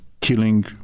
killing